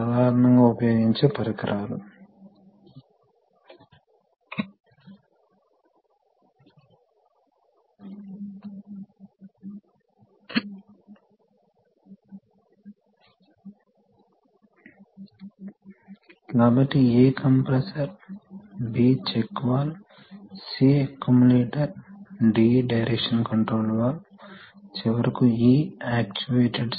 మరియు మీరు వీటిని డ్రైవ్ చేయవచ్చు ఇవి సాధారణంగా ఎలెక్ట్రో హైడ్రాలిక్ వాల్వ్ తద్వారా మీరు వాటిని కరెంట్ ఉపయోగించి కచ్చితంగా డ్రైవ్ చేయవచ్చు తద్వారా మీరు కొన్నిసార్లు కంప్యూటింగ్ ఇంటర్ఫేస్ లను చేయవచ్చు ప్రధాన అప్లికేషన్ లలో ఒకటి ఏవియానిక్స్